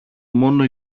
μόνο